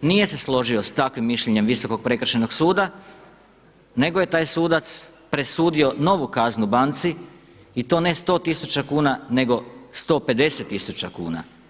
nije se složio sa takvim mišljenjem Visokog prekršajnog suda nego je taj sudac presudio novu kaznu banci i to ne 100 tisuća kuna nego 150 tisuća kuna.